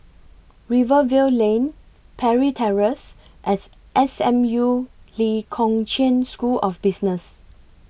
Rivervale Lane Parry Terrace and SMU Lee Kong Chian School of Business